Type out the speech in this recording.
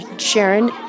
Sharon